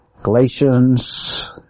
Galatians